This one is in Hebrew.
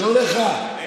לא לך.